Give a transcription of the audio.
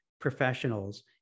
professionals